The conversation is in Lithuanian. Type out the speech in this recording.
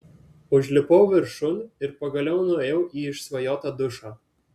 užlipau viršun ir pagaliau nuėjau į išsvajotą dušą